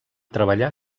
treballar